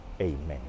Amen